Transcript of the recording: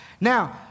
Now